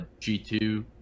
G2